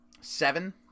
Seven